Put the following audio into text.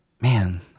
Man